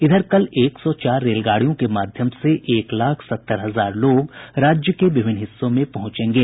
इधर कल एक सौ चार रेलगाड़ियों के माध्यम से एक लाख सत्तर हजार लोग राज्य के विभिन्न हिस्सों में पहुंचेंगे